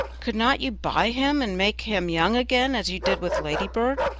could not you buy him and make him young again as you did with ladybird?